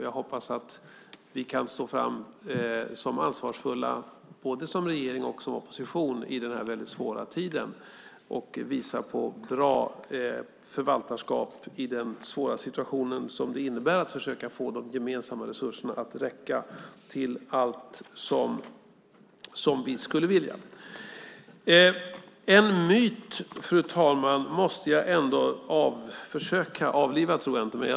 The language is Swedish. Jag hoppas att vi kan stå fram som ansvarsfulla, både som regering och som opposition, i denna väldigt svåra tid och visa bra förvaltarskap i den svåra situation som det innebär att försöka få de gemensamma resurserna att räcka till allt som vi skulle vilja. En myt, fru talman, måste jag ändå försöka avliva.